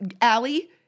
Allie